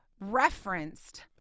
referenced